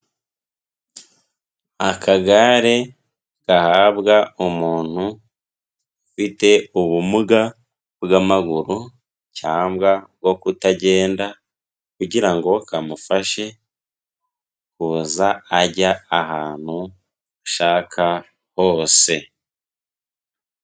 Akagare gahabwa umuntu ufite ubumuga bw'amaguru cyangwa bwo kutagenda kugira ngo kamufashe kuza ajya ahantu ashaka hose.